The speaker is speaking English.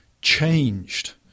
changed